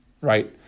right